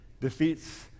defeats